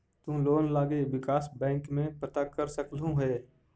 तु लोन लागी विकास बैंक में पता कर सकलहुं हे